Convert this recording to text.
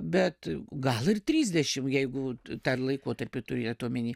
bet gal ir trisdešim jeigu tą laikotarpį turėjot omeny